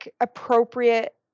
appropriate